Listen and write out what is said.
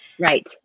Right